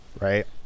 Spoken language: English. right